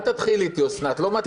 אל תתחילי איתי, אוסנת, לא מתאים לך.